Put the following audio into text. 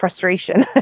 Frustration